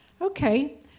Okay